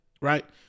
Right